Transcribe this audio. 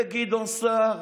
זה גדעון סער